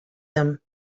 them